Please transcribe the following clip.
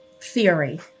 theory